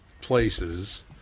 places